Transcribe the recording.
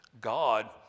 God